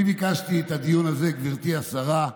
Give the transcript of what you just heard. אני ביקשתי את הדיון הזה, גברתי השרה,